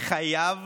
חייב